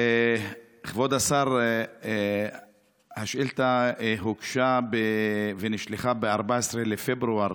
כבוד השר, השאילתה הוגשה ונשלחה ב-14 בפברואר